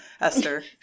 Esther